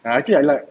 lucky I like